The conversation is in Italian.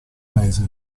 mese